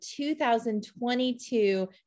2022